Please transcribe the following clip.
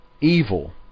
Evil